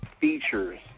features